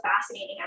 fascinating